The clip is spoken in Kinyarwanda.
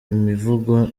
imivugo